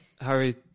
Harry